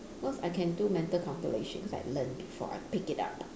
cause I can do mental calculations I learnt before I picked it up